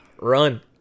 Run